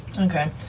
Okay